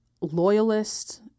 loyalists